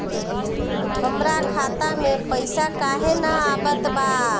हमरा खाता में पइसा काहे ना आवत बा?